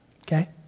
Okay